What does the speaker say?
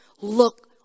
look